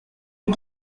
est